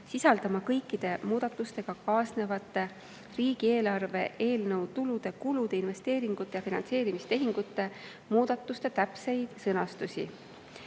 sisaldama kõikide muudatustega kaasnevate riigieelarve eelnõu tulude, kulude, investeeringute ja finantseerimistehingute muudatuste täpseid sõnastusi.